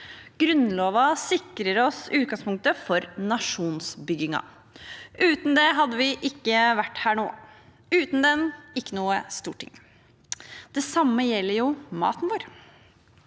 Grunnloven sikret oss utgangspunktet for nasjonsbyggingen. Uten den hadde vi ikke vært her nå, uten den hadde det ikke vært noe storting. Det samme gjelder maten vår.